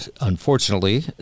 unfortunately